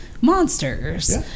monsters